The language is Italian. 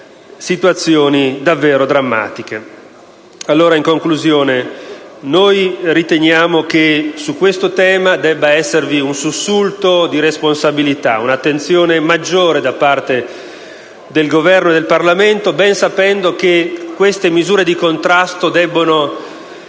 situazioni davvero drammatiche. In conclusione, noi riteniamo che su questo tema debba esservi un sussulto di responsabilità, una maggiore attenzione da parte del Governo e del Parlamento, ben sapendo che le misure di contrasto debbono